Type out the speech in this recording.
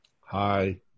Hi